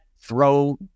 throw